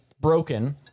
broken